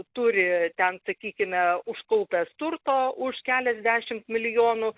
turi ten sakykime užkaupęs turto už keliasdešimt milijonų